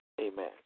Amen